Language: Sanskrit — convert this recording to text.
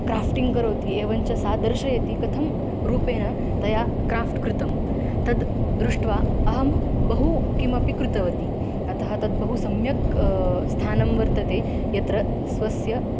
क्राफ़्टिङ्ग् करोति एवञ्च सा दर्शयति कथं रूपेण तया क्राफ़्ट् कृतं तद् दृष्ट्वा अहं बहु किमपि कृतवती अतः तद् बहु सम्यक् स्थानं वर्तते यत्र स्वस्य